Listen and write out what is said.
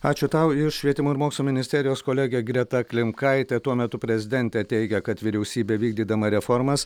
ačiū tau iš švietimo ir mokslo ministerijos kolegė greta klimkaitė tuo metu prezidentė teigia kad vyriausybė vykdydama reformas